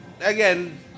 again